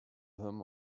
hymn